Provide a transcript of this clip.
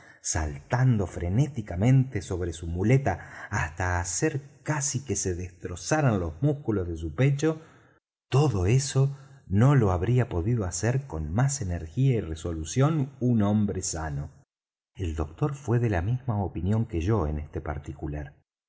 saltando frenéticamente sobre su muleta hasta hacer casi que se destrozaran los músculos de su pecho todo eso no lo habría podido hacer con más energía y resolución un hombre sano el doctor fué de la misma opinión que yo en este particular